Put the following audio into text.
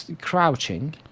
crouching